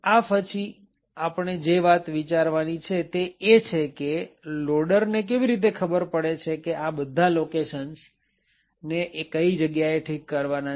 આ પછી આપણે જે વાત વિચારવાની છે તે એ છે કે લોડર ને કેવી રીતે ખબર પડે છે કે આ બધા લોકેશન ને કઈ જગ્યાએ ઠીક કરવાના છે